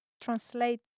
translate